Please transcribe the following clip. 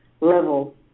level